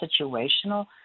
situational